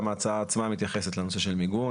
גם ההצעה עצמה מתייחסת לנושא של מיגון,